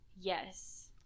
Yes